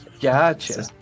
gotcha